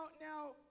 now